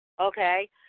okay